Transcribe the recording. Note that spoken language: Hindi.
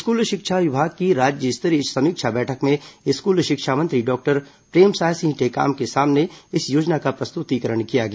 स्कूल शिक्षा विभाग की राज्य स्तरीय समीक्षा बैठक में स्कूल शिक्षा मंत्री डॉक्टर प्रेमसाय सिंह टेकाम के सामने इस योजना का प्रस्तुतिकरण दिया गया